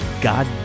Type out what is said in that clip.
God